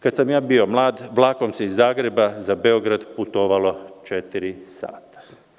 Kada sam ja bio mlad vlakom se iz Zagreba za Beograd putovalo četiri sata.